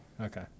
Okay